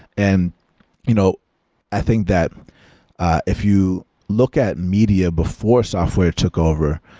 and you know i think that if you look at media before software took over,